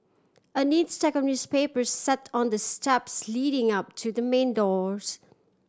a neat stack newspapers sat on the steps leading up to the main doors